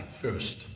first